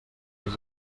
dels